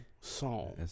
song